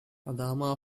adama